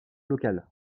local